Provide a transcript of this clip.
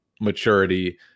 maturity